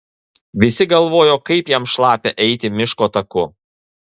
visi galvojo kaip jam šlapia eiti miško taku